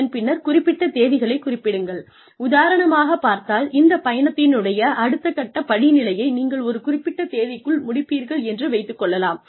அதன் பின்னர் குறிப்பிட்ட தேதிகளைக் குறிப்பிடுங்கள் உதாரணமாகப் பார்த்தால் இந்த பயணத்தினுடைய அடுத்தக் கட்ட படிநிலையை நீங்கள் ஒரு குறிப்பிட்ட தேதிக்குள் முடிப்பீர்கள் என்று வைத்துக் கொள்ளலாம்